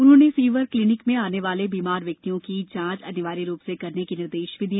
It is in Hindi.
उन्होंने फीवर क्लीनिक में आने वाले बीमार व्यक्तियों की जाँच अनिवार्य रूप से करने के निर्देश भी दिए